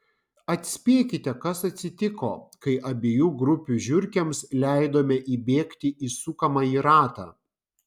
atspėkite kas atsitiko kai abiejų grupių žiurkėms leidome įbėgti į sukamąjį ratą